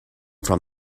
from